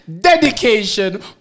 dedication